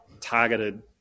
targeted